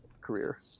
career